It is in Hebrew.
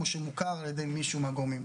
מה שמוכר על-ידי מישהו מהגורמים.